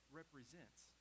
represents